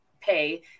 pay